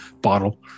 bottle